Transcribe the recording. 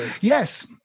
Yes